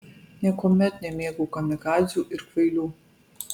niekuomet nemėgau kamikadzių ir kvailių